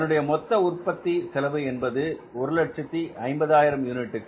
தன்னுடைய மொத்த உற்பத்தி செலவு என்பது 150000 யூனிட்